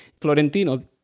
Florentino